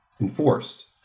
enforced